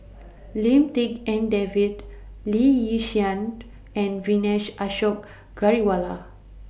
Lim Tik En David Lee Yi Shyan and Vijesh Ashok Ghariwala